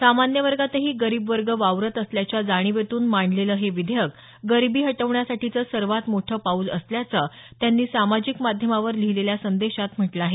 सामान्य वर्गातही गरिब वर्ग वावरत असल्याच्या जाणिवेतून मांडलेलं हे विधेयक गरिबी हटवण्यासाठीचं सर्वात मोठे पाऊल असल्याचं त्यांनी सामाजिक माध्यमावर लिहीलेल्या संदेशात म्हटलं आहे